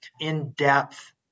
in-depth